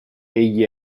egli